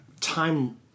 time